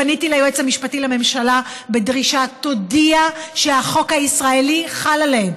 פניתי ליועץ המשפטי לממשלה בדרישה: תודיע שהחוק הישראלי חל עליהם,